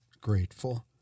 Grateful